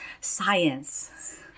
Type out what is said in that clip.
science